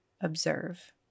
observe